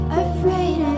afraid